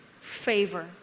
favor